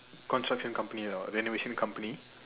construction company or renovation company